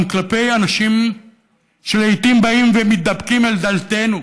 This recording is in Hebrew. גם כלפי אנשים שלעיתים באים ומתפקדים על דלתנו